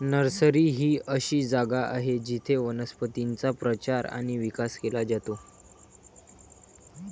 nursery ही अशी जागा आहे जिथे वनस्पतींचा प्रचार आणि विकास केला जातो